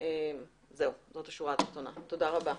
תודה רבה.